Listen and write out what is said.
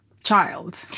child